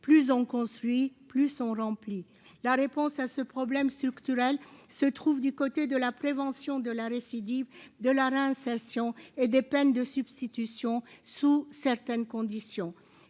plus on construit, plus on remplit la réponse à ce problème structurel se trouve du côté de la prévention de la récidive de la réinsertion et des peines de substitution sous certaines conditions,